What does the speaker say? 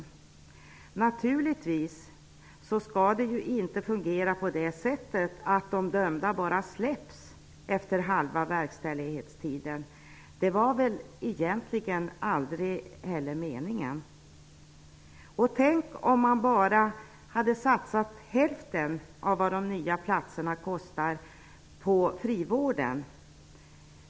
Det skall naturligtvis inte fungera på det sättet att de dömda bara släpps efter halva verkställighetstiden, och det var väl egentligen aldrig heller meningen. Tänk om man bara hade satsat hälften av vad de nya platserna kostar på frivården!